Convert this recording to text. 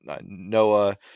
noah